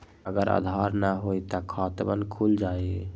अगर आधार न होई त खातवन खुल जाई?